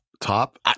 Top